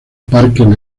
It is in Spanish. parque